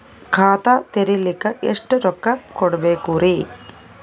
ಖಾತಾ ತೆರಿಲಿಕ ಎಷ್ಟು ರೊಕ್ಕಕೊಡ್ಬೇಕುರೀ?